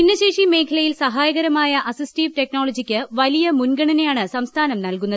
ഭിന്നശേഷി മേഖലയിൽ സഹായകരമായ അസിസ്റ്റീവ് ടെക്നോളജിയ്ക്ക് വലിയ മുൻഗണനയാണ് സംസ്ഥാനം നൽകുന്നത്